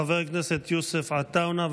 חבר הכנסת יוסף עטאונה,